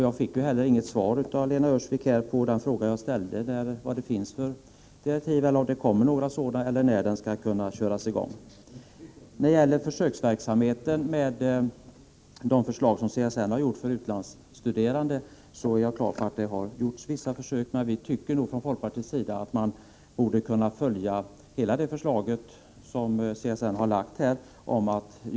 Jag fick heller inte något svar av Lena Öhrsvik på de frågor som jag här ställde, nämligen vad det finns för direktiv eller om det kommer sådana och när utredningen skall köras i gång. Jag är på det klara med att det har gjorts vissa försök i enlighet med de riktlinjer som CSN har presenterat för utlandsstuderandes rätt till studiemedel, men vi från folkpartiets sida tycker att man borde kunna följa hela det förslag som CSN har lagt fram.